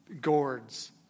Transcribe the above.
Gourds